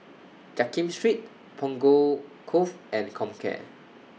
Jiak Kim Street Punggol Cove and Comcare